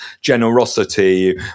generosity